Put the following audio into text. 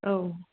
औ